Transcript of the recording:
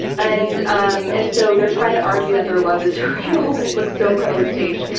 and um and so, they're trying to argue that their love is real, um and it looks so incredibly staged.